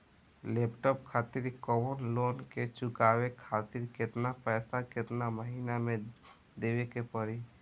Laptop खातिर लेवल loan के चुकावे खातिर केतना पैसा केतना महिना मे देवे के पड़ी?